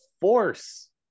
force